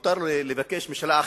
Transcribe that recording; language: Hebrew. מותר לו לבקש משאלה אחת,